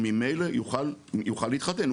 הוא ממילא יוכל להתחתן.